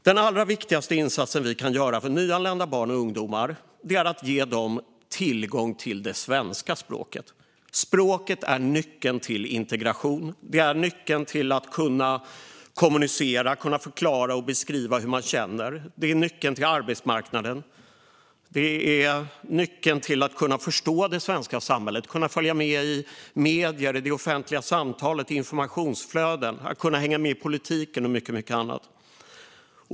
Den allra viktigaste insatsen vi kan göra för nyanlända barn och ungdomar är att ge dem tillgång till svenska språket. Språket är nyckeln till integration. Det är nyckeln till att kunna kommunicera och kunna förklara och beskriva hur man känner. Det är nyckeln till arbetsmarknaden. Det är nyckeln till att kunna förstå det svenska samhället, till att kunna följa med i medier, det offentliga samtalet och informationsflöden, till att kunna hänga med i politiken och mycket annat.